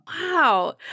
Wow